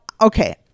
okay